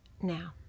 Now